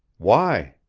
why?